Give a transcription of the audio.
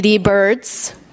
Birds